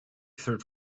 third